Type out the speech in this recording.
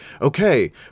okay